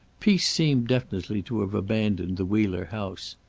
peace seemed definitely to have abandoned the wheeler house.